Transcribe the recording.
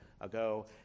ago